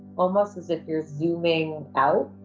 almost as if you are zooming out.